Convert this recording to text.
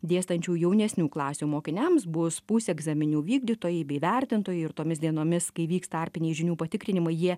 dėstančių jaunesnių klasių mokiniams bus pusegzaminų vykdytojai bei vertintojai ir tomis dienomis kai vyks tarpiniai žinių patikrinimai jie